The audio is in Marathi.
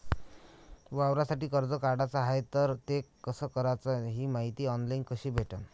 वावरासाठी कर्ज काढाचं हाय तर ते कस कराच ही मायती ऑनलाईन कसी भेटन?